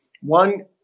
One